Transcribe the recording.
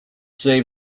save